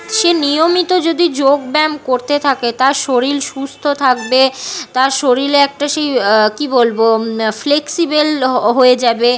সে নিয়মিত যদি যোগব্যায়াম করতে থাকে তার শরীর সুস্থ থাকবে তার শরীরে একটা সেই কী বলবো ফ্লেক্সিবেল হয়ে যাবে